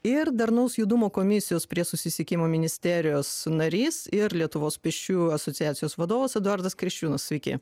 ir darnaus judumo komisijos prie susisiekimo ministerijos narys ir lietuvos pėsčiųjų asociacijos vadovas eduardas kriščiūnas sveiki